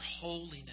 holiness